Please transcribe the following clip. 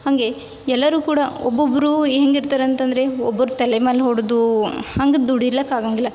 ಹಾಗೆ ಎಲ್ಲರೂ ಕೂಡ ಒಬ್ಬೊಬ್ಬರು ಹೆಂಗೆ ಇರ್ತಾರೆ ಅಂತಂದರೆ ಒಬ್ಬರ ತಲೆ ಮ್ಯಾಲೆ ಹೊಡೆದು ಹಂಗೆ ದುಡಿಲಿಕ್ ಆಗೋಂಗಿಲ್ಲ